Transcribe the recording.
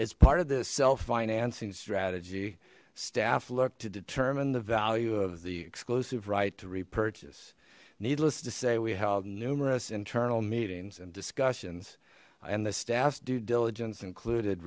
it's part of the self financing strategy staff looked to determine the value of the exclusive right to repurchase needless to say we held numerous internal meetings and discussions and the staffs due diligence included